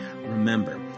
Remember